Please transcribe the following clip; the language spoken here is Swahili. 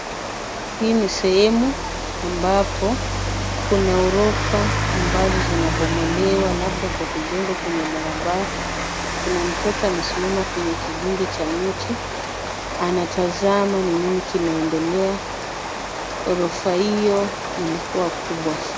Hii ni sehemu ambapo kuna ghorofa ambazo zinabomolewa labda kwa kujengwa kwenye barabara. Kuna mtoto amesimama kwenye kigingi cha mti, anatazama ni nini kinaendelea. Ghorofa hiyo ilikuwa kubwa sana